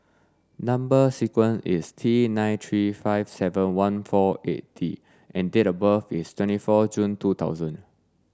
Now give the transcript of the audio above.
number sequence is T nine three five seven one four eight D and date of birth is twenty four June two thousand